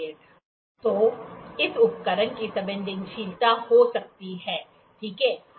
4 तो यह इस उपकरण की संवेदनशीलता हो सकती है ठीक है